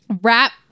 wrap